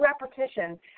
repetition